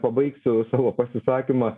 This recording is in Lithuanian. pabaigsiu savo pasisakymą